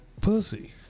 pussy